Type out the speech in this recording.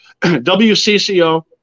WCCO